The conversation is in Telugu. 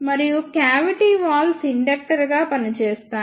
మరియు క్యావిటీ వాల్స్ ఇండక్టర్ గా పనిచేస్తాయి